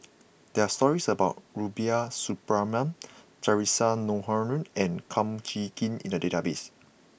there are stories about Rubiah Suparman Theresa Noronha and Kum Chee Kin in the database